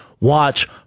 watch